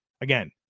Again